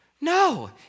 No